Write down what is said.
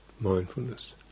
mindfulness